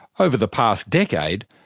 over the past decade,